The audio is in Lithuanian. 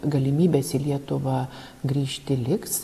galimybės į lietuvą grįžti liks